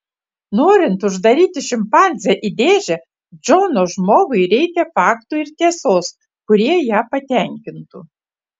norint uždaryti šimpanzę į dėžę džono žmogui reikia faktų ir tiesos kurie ją patenkintų